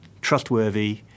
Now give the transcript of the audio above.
trustworthy